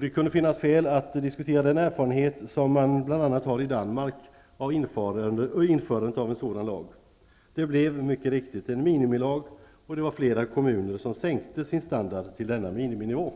Det kunde ha funnits skäl att diskutera den erfarenhet som man har i bl.a. Danmark av införandet av en sådan lag. Det blev mycket riktigt en lag där en miniminivå angavs, och det var flera kommuner som sänkte sin standard till denna miniminivå.